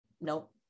Nope